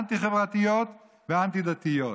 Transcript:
אנטי-חברתיות ואנטי-דתיות.